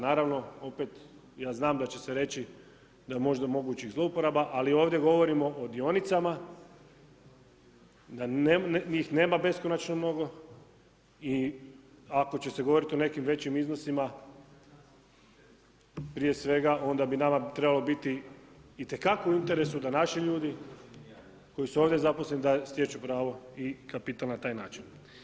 Naravno opet ja znam da će se reći da je možda mogućih zlouporaba ali ovdje govorimo o dionicama da njih nema beskonačno mnogo i ako će se govoriti o nekim većim iznosima, prije svega, onda bi nama trebalo biti itekako u interesu da naši ljudi koji su ovdje zaposleni da stječu pravo i kapital na taj način.